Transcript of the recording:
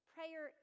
Prayer